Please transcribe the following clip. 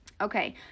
Okay